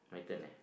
my turn eh